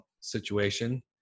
situation